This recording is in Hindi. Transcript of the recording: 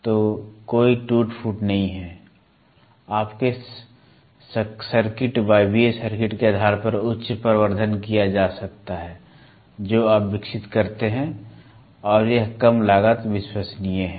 तो कोई टूट फूट नहीं है आपके सर्किट वायवीय सर्किट के आधार पर उच्च प्रवर्धन किया जा सकता है जो आप विकसित करते हैं और यह कम लागत विश्वसनीय है